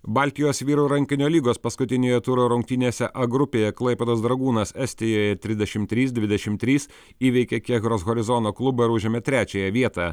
baltijos vyrų rankinio lygos paskutiniojo turo rungtynėse a grupėje klaipėdos dragūnas estijoje trisdešimt trys dvidešimt trys įveikė kėgros horizono klubą ir užėmė trečiąją vietą